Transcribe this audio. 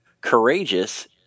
courageous